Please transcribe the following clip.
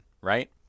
right